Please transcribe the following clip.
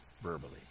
verbally